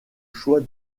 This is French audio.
choix